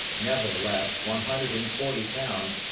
nevertheless, one hundred and forty pounds,